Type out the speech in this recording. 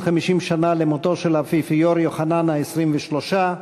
50 שנה למותו של האפיפיור יוחנן ה-23,